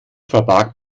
verbarg